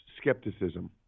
skepticism